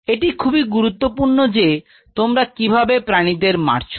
এটি খুবই গুরুত্বপূর্ণ যে তোমরা কিভাবে প্রাণীদেরকে মারছো